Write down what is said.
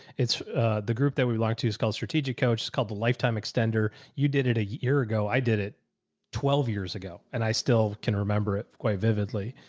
it's the group that we belong to is called strategic coach. it's called the lifetime extender. you did it a year ago. i did it twelve years ago and i still can remember it quite vividly.